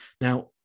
Now